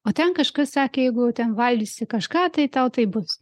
o ten kažkas sakė jeigu ten valgysi kažką tai tau taip bus